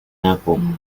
apple